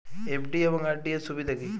FD এবং RD এর সুবিধা কী?